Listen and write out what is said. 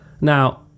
Now